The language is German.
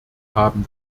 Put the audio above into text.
haben